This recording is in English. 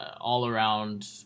all-around